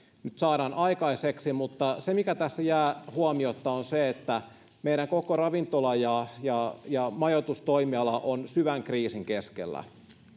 nyt saadaan aikaiseksi mutta se mikä tässä jää huomiotta on se että meidän koko ravintola ja ja majoitustoimiala on syvän kriisin keskellä